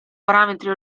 parametri